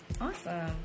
Awesome